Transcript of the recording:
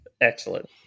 Excellent